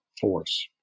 force